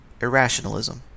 Irrationalism